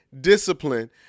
Discipline